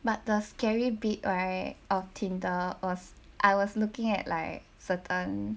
but the scary bit right of tinder was I was looking at like certain